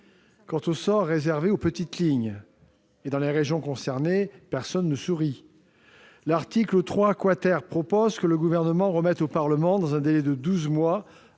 quant au sort réservé aux petites lignes- et dans les régions concernées, personne ne sourit !-, l'article 3 prévoit que le Gouvernement remette au Parlement, dans un délai de douze mois